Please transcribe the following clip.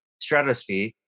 stratosphere